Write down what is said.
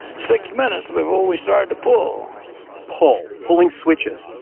six minutes before we started to pull pull pulling switches,